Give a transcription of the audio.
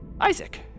Isaac